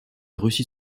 russie